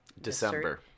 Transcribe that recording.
December